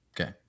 Okay